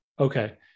Okay